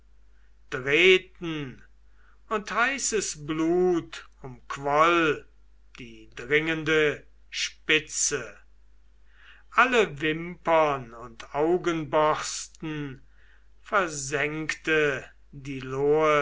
und heißes blut umquoll die dringende spitze alle wimpern und augenborsten versengte die lohe